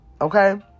Okay